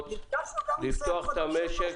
ללחוץ לפתוח את המשק.